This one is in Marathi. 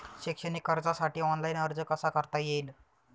शैक्षणिक कर्जासाठी ऑनलाईन अर्ज कसा करता येईल?